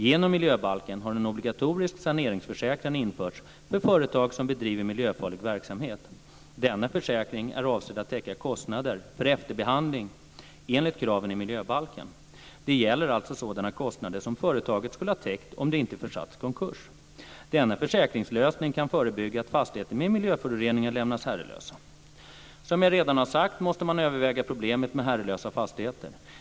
Genom miljöbalken har en obligatorisk saneringsförsäkran införts för företag som bedriver miljöfarlig verksamhet. Denna försäkring är avsedd att täcka kostnader för efterbehandling enligt kraven i miljöbalken. Det gäller alltså sådana kostnader som företaget skulle ha täckt om det inte försatts i konkurs. Denna försäkringslösning kan förebygga att fastigheter med miljöföroreningar lämnas herrelösa. Som jag redan har sagt måste man överväga problemet med herrelösa fastigheter.